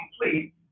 complete